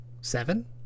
seven